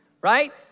right